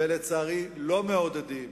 ולצערי לא מעודדים.